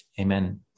Amen